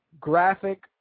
graphic